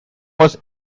was